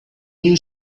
new